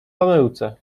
pomyłce